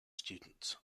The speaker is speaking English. students